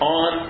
on